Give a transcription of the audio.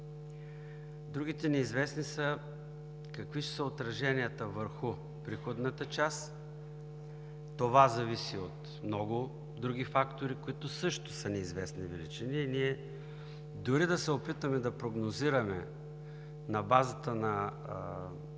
Другите неизвестни са: какви ще са отраженията върху приходната част – това зависи от много други фактори, които също са неизвестни величини. Дори да се опитваме да прогнозираме на базата на